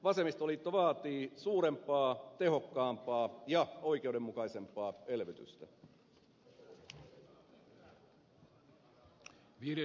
vasemmistoliitto vaatii suurempaa tehokkaampaa ja oikeudenmukaisempaa elvytystä